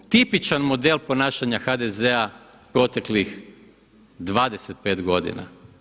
Tipičan model ponašanja HDZ-a proteklih 25 godina.